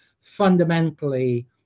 Fundamentally